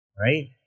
right